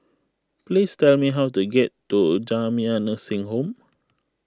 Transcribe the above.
please tell me how to get to Jamiyah Nursing Home